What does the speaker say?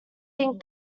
think